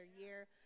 year